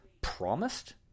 promised